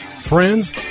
Friends